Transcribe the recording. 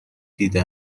دیده